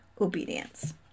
obedience